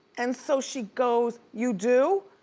and so she goes, you do?